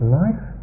life